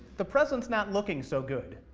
the present's not looking so good.